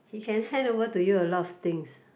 he can hand over to you a lot of things